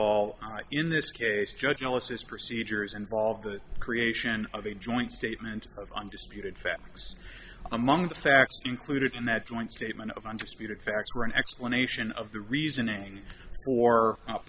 all in this case judge analysis procedures involve the creation of a joint statement on disputed facts among the facts included in that joint statement of undisputed facts or an explanation of the reasoning for